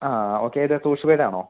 ആ ഓക്കെ ഇത് ആണോ